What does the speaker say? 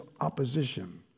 opposition